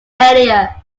earlier